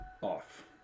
Off